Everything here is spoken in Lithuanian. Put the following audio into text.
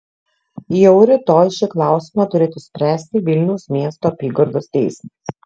jau rytoj šį klausimą turėtų spręsti vilniaus miesto apygardos teismas